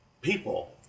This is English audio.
people